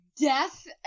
death